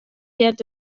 heart